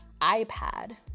iPad